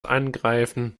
angreifen